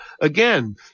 again